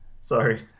sorry